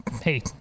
hey